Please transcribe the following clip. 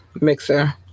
mixer